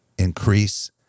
increase